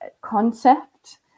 concept